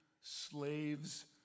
slaves